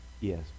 Yes